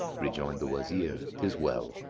rejoined the wazir, tis well!